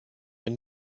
wenn